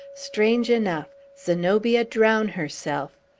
strange enough! zenobia drown herself!